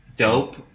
Dope